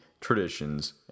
traditions